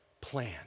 plan